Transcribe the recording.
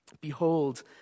Behold